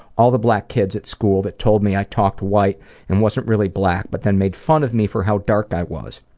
all the black kids at school that told me i talked white and wasn't really black, but then made fun of me for how dark i was.